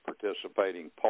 participating